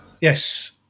Yes